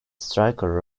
striker